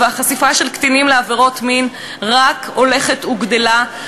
החשיפה של קטינים לעבירות מין רק הולכת וגדלה,